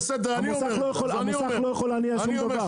מוסך לא יכול להניע שום דבר.